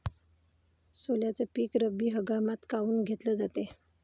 सोल्याचं पीक रब्बी हंगामातच काऊन घेतलं जाते?